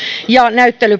ja